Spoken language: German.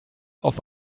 auf